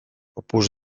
opus